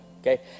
Okay